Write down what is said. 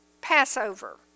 Passover